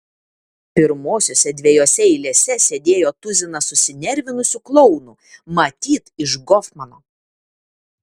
pirmosiose dviejose eilėse sėdėjo tuzinas susinervinusių klounų matyt iš gofmano